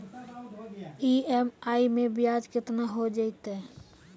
EMI मैं ब्याज केतना हो जयतै?